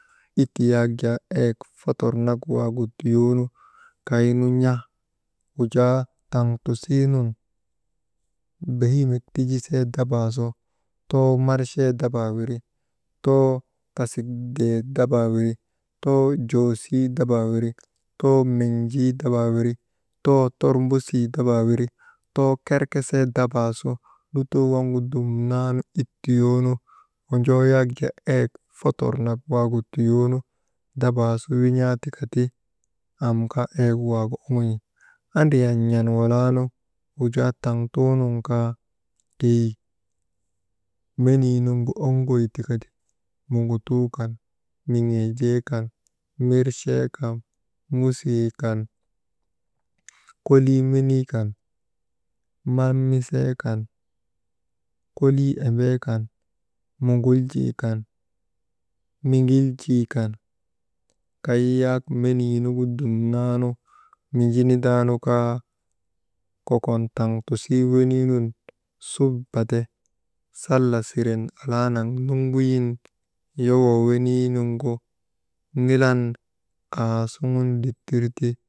It yaa jaa fotor nak waagu tiyoonu, kaynu n̰a, wujaa taŋtisiinun behimek tisijee dabaa wiri, too marchee dabaa wiri, too tasik jee dabaa wiri, too joosii dabaa wiri, too menjii dabaa wiri, too tormbosii dabaa, too kerkesee dabaa su lutoo waŋgu dumnan it tiyoonu wojoo wak jaa eyek fotor nak wagu tuyoonu dabaa su win̰aa tikati am kaa eyek waagu aŋan̰i. Andriyan n̰an walaanu wujaa, wujaa taŋ tuunun kaa keyi meniiuŋgu owŋoy tikati muŋutuu kan miŋeejee kan, mirchee kan musii kan, kolii menii kan mammisee kan kolii embee kan, muŋuljii kan, miŋgiljii kan, kay yak miniinugu dumnaan miji nindaanu kaa kokon taŋtisii weniinun subbade salla siren alaanaŋ nuŋguyin yowoo weniinuŋgu nilan aasuŋun dittir ti.